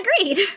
agreed